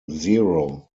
zero